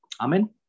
Amen